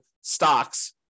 stocks